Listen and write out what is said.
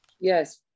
yes